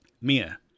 Mia